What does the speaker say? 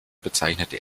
bezeichnete